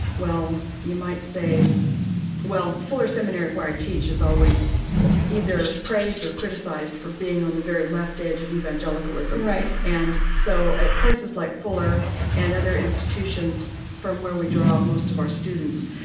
well, you might say well, fuller seminary, where i teach, is always either praised or criticized for being on the very left edge of evangelicalism. and so at places like fuller and other institutions from where we draw most of our students,